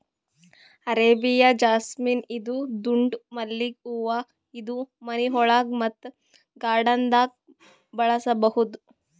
Arabian jasmine ಇದು ದುಂಡ್ ಮಲ್ಲಿಗ್ ಹೂವಾ ಇದು ಮನಿಯೊಳಗ ಮತ್ತ್ ಗಾರ್ಡನ್ದಾಗ್ ಬೆಳಸಬಹುದ್